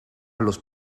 los